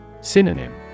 Synonym